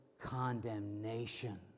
condemnation